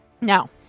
Now